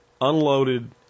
unloaded